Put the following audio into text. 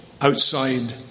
outside